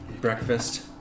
breakfast